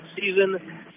season